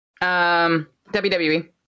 WWE